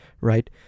right